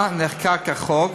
שבה נחקק החוק,